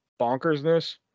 bonkersness